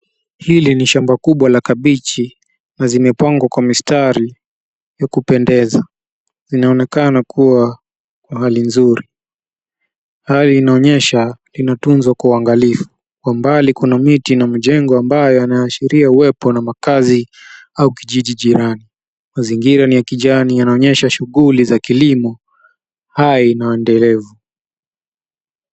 Hili ni shamba kubwa la kabichi na zimepangwa kwa mistari ya kupendeza; zinaonekana kuwa kwa hali nzuri. Haya inaonyesha linatunza kwa uangalifu. Kwa mbali kuna miti na mijengo ambayo yanaaashiria uwepo na makazi au kijiji jirani Mazingira ni ya kijani yanaonyesha shughuli za kilimo hai na endelevu.